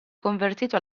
convertito